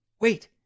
Wait